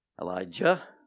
Elijah